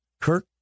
Kirk